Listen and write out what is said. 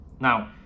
Now